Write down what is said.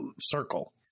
circle